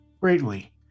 greatly